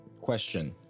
Question